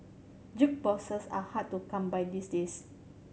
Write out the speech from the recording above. jukeboxes are hard to come by these days